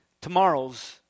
Tomorrow's